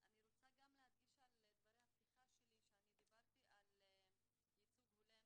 אני רוצה להדגיש שבדברי הפתיחה שלי דיברתי על ייצוג הולם